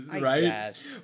Right